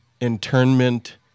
internment